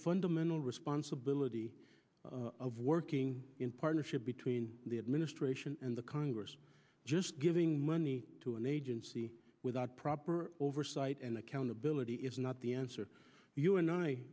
fundamental responsibility of working in partnership between the administration and the congress just giving money to an agency without proper oversight and accountability is not the answer you and i